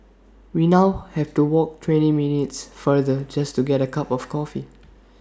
we now have to walk twenty minutes further just to get A cup of coffee